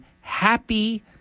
happy